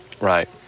Right